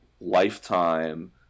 lifetime